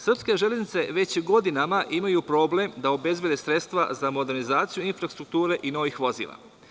Srpske železnice već godinama imaju problem da obezbede sredstva za modernizaciju infrastrukture i novih vozila.